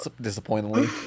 disappointingly